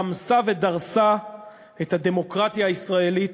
רמסה ודרסה את הדמוקרטיה הישראלית